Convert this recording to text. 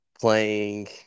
playing